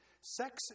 Sex